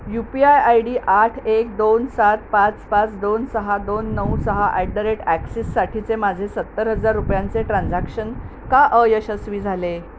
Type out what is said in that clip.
you P I I D आठ एक दोन सात पाच पाच दोन सहा दोन नऊ सहा ॲट द रेट ॲक्सिससाठीचे माझे सत्तर हजार रुपयांचे ट्रान्झॅक्शन का अयशस्वी झाले